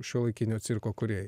šiuolaikinio cirko kūrėjai